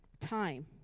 Time